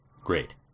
Great